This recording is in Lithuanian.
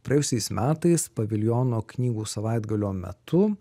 praėjusiais metais paviljono knygų savaitgalio metu